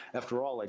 after all, like